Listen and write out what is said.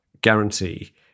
guarantee